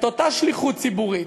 את אותה שליחות ציבורית,